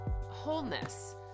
wholeness